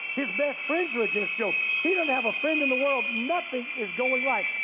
his best friends are against job. he don't have a friend in the world, nothing is going right.